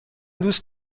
دوست